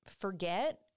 forget